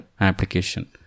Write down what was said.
application